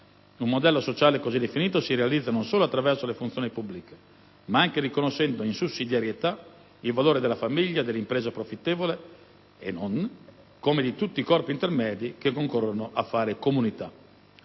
Un modello sociale così definito si realizza non solo attraverso le funzioni pubbliche, ma anche riconoscendo, in sussidiarietà, il valore della famiglia, della impresa profittevole e non, come di tutti i corpi intermedi che concorrono a fare comunità.